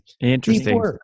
Interesting